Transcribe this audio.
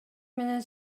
менен